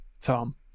Tom